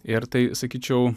ir tai sakyčiau